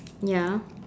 ya